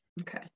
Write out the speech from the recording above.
Okay